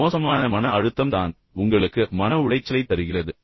இப்போது மோசமான மன அழுத்தம் தான் உங்களுக்கு மன உளைச்சலைத் தருகிறது